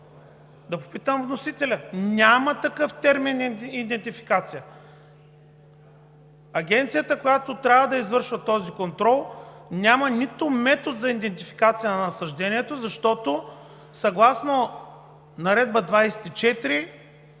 Да попитам вносителя? Няма такъв термин „идентификация“! Агенцията, която трябва да извършва този контрол, няма нито метод за идентификация на насаждението, защото съгласно Наредба №